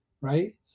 right